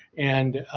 and,